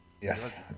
Yes